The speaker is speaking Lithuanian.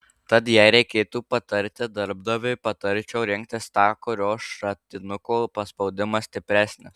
tad jei reikėtų patarti darbdaviui patarčiau rinktis tą kurio šratinuko paspaudimas stipresnis